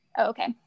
Okay